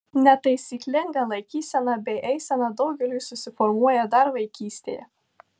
netaisyklinga laikysena bei eisena daugeliui susiformuoja dar vaikystėje